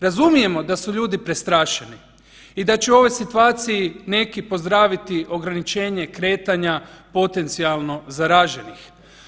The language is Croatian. Razumijemo da su ljudi prestrašeni i da će u ovoj situaciji neki pozdraviti ograničenje kretanja potencijalno zaraženih.